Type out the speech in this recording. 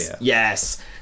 Yes